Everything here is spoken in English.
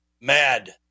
mad